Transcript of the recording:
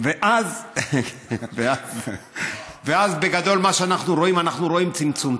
ואז בגדול מה שאנחנו רואים, אנחנו רואים צמצום.